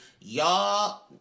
y'all